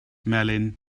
melyn